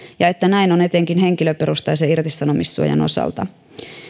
ja että näin on etenkin henkilöperustaisen irtisanomissuojan osalta